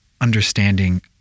understanding